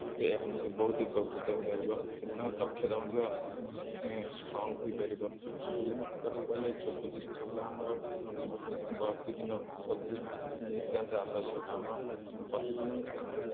ଏହା ମଧ୍ୟ ବହୁତ ଉପକୃତ ହୋଇପାରିବ ସେମାନଙ୍କ ଦକ୍ଷତା ମଧ୍ୟ ଷ୍ଟ୍ରଙ୍ଗ୍ ହୋଇପାରିବ ବିଭିନ୍ନ ପ୍ରକାରର କହିଲେ ଯୋଗ ଯଦି ଯୋଗ ଆମର ପ୍ରତିଦିନ ପ୍ରତିଦିନ ନିତାନ୍ତ ଆବଶ୍ୟକ ଆମର ପ୍ରତିଦିନ ଲାଇଫ୍ରେ